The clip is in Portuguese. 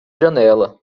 janela